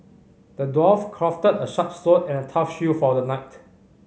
the dwarf crafted a sharp sword and a tough shield for the knight